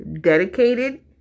dedicated